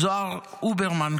זוהר אוברמן,